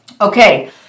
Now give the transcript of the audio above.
Okay